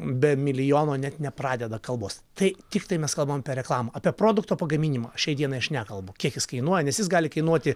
be milijono net nepradeda kalbos tai tiktai mes kalbam apie reklamą apie produkto pagaminimą šiai dienai aš nekalbu kiek jis kainuoja nes jis gali kainuoti